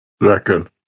reckon